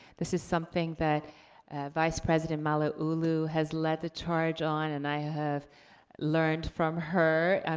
this is something that vice-president malauulu has led the charge on, and i have learned from her.